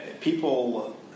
people